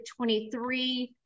23